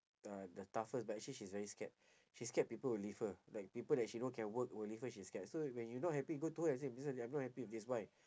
the the toughest but actually she's very scared she scared people will leave her like people that she know can work will leave her she scared so when you not happy go to her and say missus lai I'm not happy because why